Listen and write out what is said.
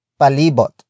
Palibot